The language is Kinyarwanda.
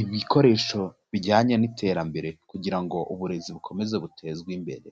ibikoresho bijyanye n'iterambere kugira ngo uburezi bukomeze butezwe imbere.